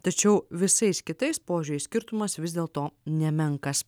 tačiau visais kitais požiūriais skirtumas vis dėlto nemenkas